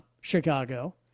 Chicago